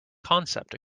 concept